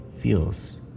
feels